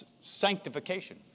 Sanctification